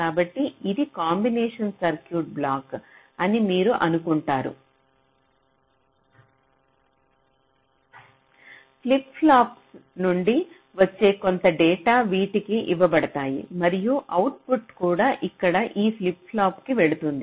కాబట్టి ఇది combination circuit block అని మీరు అనుకుంటారు ఫ్లిప్ ఫ్లాప్ల నుండి వచ్చే కొంత డేటా వీటికీ ఇవ్వబడతాయి మరియు అవుట్పుట్ కూడా ఇక్కడ ఈ ఫ్లిప్ ఫ్లాప్కి వెళుతుంది